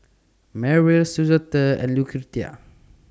Merrill Suzette and Lucretia